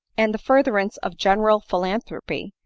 and the furtherance of general philanthropy,